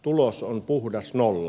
tulos on puhdas nolla